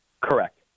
Correct